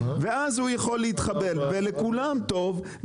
ואז הוא יכול להתחבר ולכולם טוב,